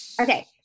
Okay